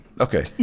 Okay